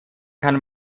kann